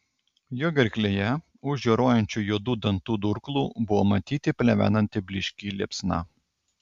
jo gerklėje už žioruojančių juodų dantų durklų buvo matyti plevenanti blyški liepsna